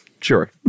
sure